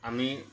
আমি